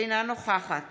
אינה נוכחת